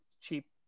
cheap